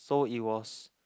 so it was